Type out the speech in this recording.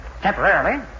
Temporarily